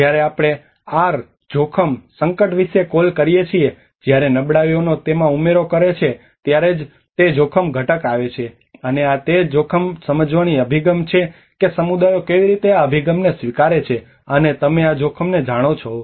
જ્યાં આપણે આર જોખમ સંકટRriskhazard વિશે કોલ કરીએ છીએ જ્યારે નબળાઈઓનો તેમાં ઉમેરો કરે છે ત્યારે જ તે જોખમ ઘટક આવે છે અને આ તે જોખમ સમજવાની અભિગમ છે કે સમુદાયો કેવી રીતે આ અભિગમને સ્વીકારે છે અને તમે આ જોખમને જાણો છો